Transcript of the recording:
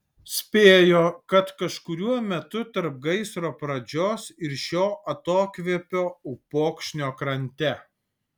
spėjo kad kažkuriuo metu tarp gaisro pradžios ir šio atokvėpio upokšnio krante